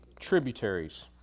tributaries